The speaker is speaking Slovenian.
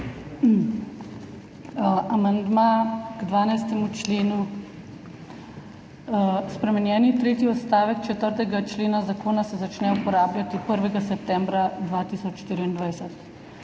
Amandma k 12. členu: »Spremenjeni tretji odstavek 4. člena zakona se začne uporabljati 1. septembra 2024.«